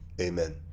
amen